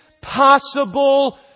possible